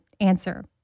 answer